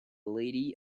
lady